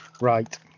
Right